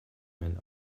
mein